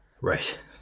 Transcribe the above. Right